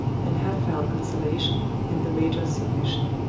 and have found consolation in the major's submission.